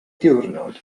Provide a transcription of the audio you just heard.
diwrnod